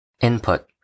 Input